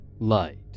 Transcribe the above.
Light